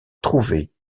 trouver